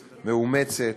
מאומצת,